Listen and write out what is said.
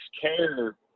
care